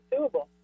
doable